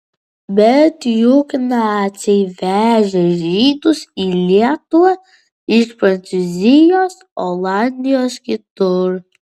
bet juk naciai vežė žydus į lietuvą iš prancūzijos olandijos kitur